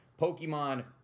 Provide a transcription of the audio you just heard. Pokemon